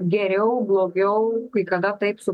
geriau blogiau kai kada taip su